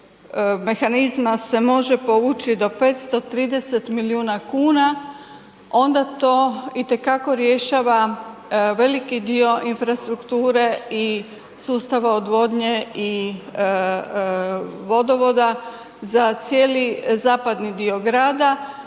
mehanizma se može povući do 530 milijuna kuna, onda to i te kako rješava veliki dio infrastrukture i sustava odvodnje i vodovoda za cijeli zapadni dio grada